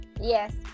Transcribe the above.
Yes